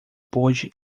pôde